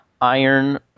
iron